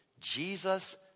Jesus